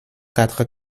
quatre